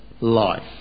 life